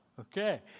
okay